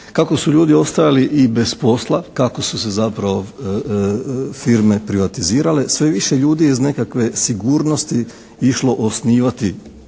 kako su ljudi ostajali i bez posla, kako su se zapravo firme privatizirale, sve više ljudi iz nekakve sigurnosti išlo osnivati